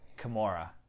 Kimura